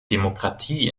demokratie